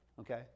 Okay